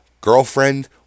girlfriend